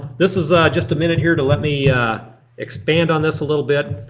this is just a minute here to let me expand on this a little bit.